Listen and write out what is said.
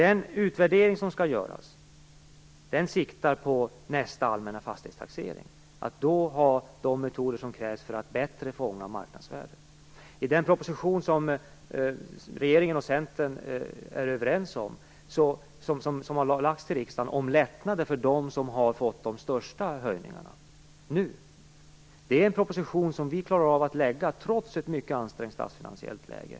Den utvärdering som skall göras siktar på nästa allmänna fastighetstaxering och på att då ha de metoder som krävs för att bättre fånga marknadsvärdet. Den proposition som regeringen och Centern är överens om och som lagts fram för riksdagen handlar om lättnader för dem som fått de största höjningarna. Den propositionen klarar vi av att lägga fram, trots ett mycket ansträngt statsfinansiellt läge.